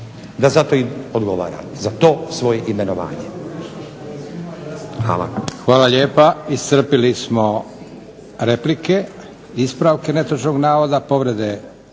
da zato i odgovara za to svoje imenovanje. Hvala.